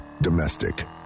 Domestic